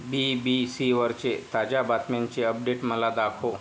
बी B सीवरचे ताज्या बातम्यांचे अपडेट मला दाखव